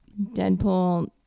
Deadpool